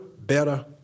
better